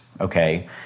okay